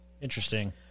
interesting